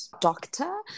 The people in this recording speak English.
doctor